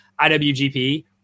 IWGP